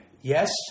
yes